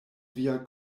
via